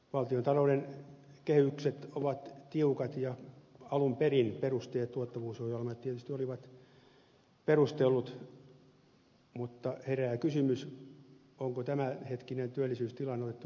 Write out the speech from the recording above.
valtiontalouden kehykset ovat tiukat ja alun perin perusteet tuottavuusohjelmalle tietysti olivat perustellut mutta herää kysymys onko tämänhetkinen työllisyystilanne otettu riittävästi huomioon